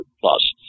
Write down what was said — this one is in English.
plus